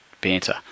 banter